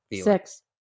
Six